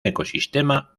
ecosistema